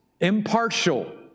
Impartial